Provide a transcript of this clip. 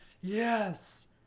yes